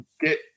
get